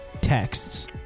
texts